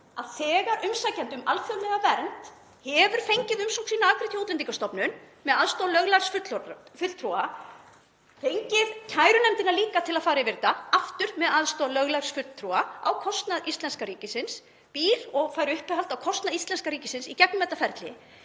að þegar umsækjandi um alþjóðlega vernd hefur fengið umsókn sína afgreidda hjá Útlendingastofnun með aðstoð löglærðs fulltrúa, fengið kærunefndina líka til að fara yfir þetta, aftur með aðstoð löglærðs fulltrúa á kostnað íslenska ríkisins, býr og fær uppihald á kostnað íslenska ríkisins í gegnum þetta ferli